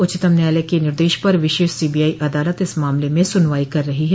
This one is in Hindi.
उच्चतम न्यायालय के निर्देश पर विशेष सीबीआई अदालत इस मामले में सुनवाई कर रही है